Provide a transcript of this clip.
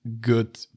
good